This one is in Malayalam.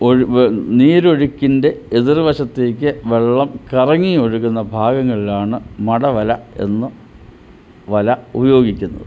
നീരൊഴുക്കിൻ്റെ എതിർ വശത്തേക്ക് വെള്ളം കറങ്ങി ഒഴുകുന്ന ഭാഗങ്ങളിലാണ് മടവല എന്ന വല ഉപയോഗിക്കുന്നത്